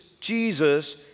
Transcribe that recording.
Jesus